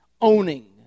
owning